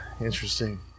interesting